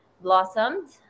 blossomed